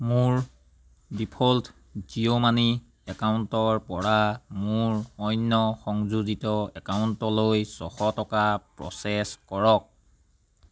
মোৰ default Jio money একাউণ্টৰপৰা মোৰ অন্য সংযোজিত একাউণ্টলৈ ছশ টকা প্ৰ'চেছ কৰক